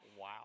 Wow